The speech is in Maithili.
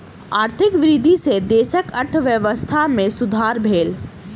आर्थिक वृद्धि सॅ देशक अर्थव्यवस्था में सुधार भेल